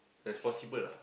responsible ah